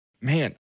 Man